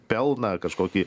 pelną kažkokį